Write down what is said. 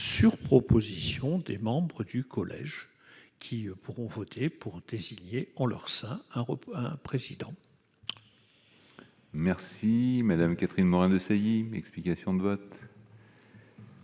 sur proposition des membres du collège qui pourront voter pour, si en leur sein un repos un précédent. Merci Madame Catherine Morin-Desailly, explications de vote.